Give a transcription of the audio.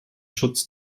schutz